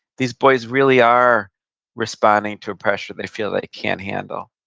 these boys really are responding to a pressure they feel they can't handle.